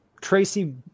Tracy